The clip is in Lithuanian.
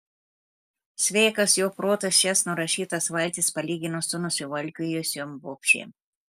sveikas jo protas šias nurašytas valtis palygino su nusivalkiojusiom bobšėm